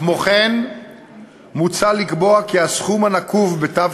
כמו כן מוצע לקבוע כי הסכום הנקוב בתו